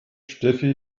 steffi